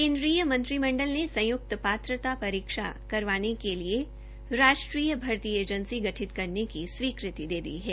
केन्द्रीय मंत्रिमंडल ने संयुक्त पात्रता परीक्षा करवाने के लिए राष्ट्रीय भर्ती एजेंसी गठित करने की स्वीकृति दे दी है